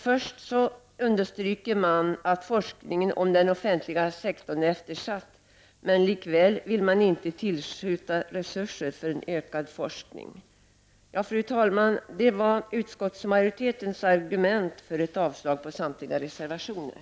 Först understryker de att forskningen om den offentliga sektorn är eftersatt, men likväl vill de inte tillskjuta resurser för en ökad forskning. Fru talman! Detta var utskottsmajoritetens argument för ett avslag på samtliga reservationer.